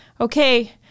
Okay